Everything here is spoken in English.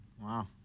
Wow